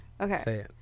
Okay